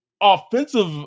offensive